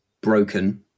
broken